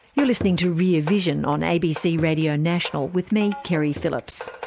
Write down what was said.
you're listening to rear vision on abc radio national, with me, keri phillips.